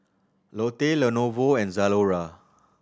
Lotte Lenovo and Zalora